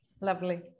lovely